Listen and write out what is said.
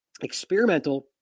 experimental